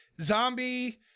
zombie